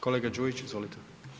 Kolega Đujić, izvolite.